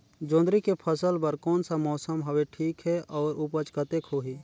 जोंदरी के फसल बर कोन सा मौसम हवे ठीक हे अउर ऊपज कतेक होही?